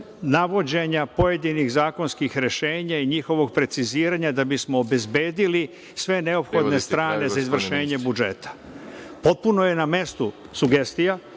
navođenja pojedinih zakonskih rešenja i njihovog preciziranja da bismo obezbedili sve neophodne strane za izvršenje budžeta. **Veroljub Arsić**